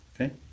Okay